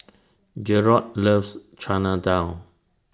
Jerrod loves Chana Dal